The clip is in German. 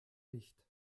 nicht